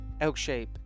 ElkShape